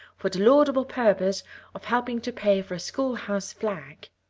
for the laudable purpose of helping to pay for a schoolhouse flag.